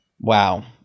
Wow